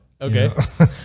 Okay